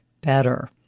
better